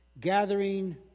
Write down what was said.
gathering